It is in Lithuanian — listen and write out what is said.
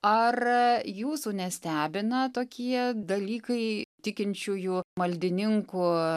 ar jūsų nestebina tokie dalykai tikinčiųjų maldininkų